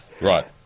Right